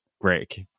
break